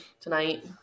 tonight